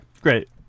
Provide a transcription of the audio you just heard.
great